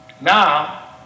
Now